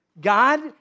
God